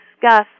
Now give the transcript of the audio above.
discuss